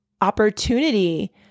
opportunity